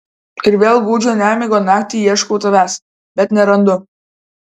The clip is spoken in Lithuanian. ir vėl gūdžią nemigo naktį ieškau tavęs bet nerandu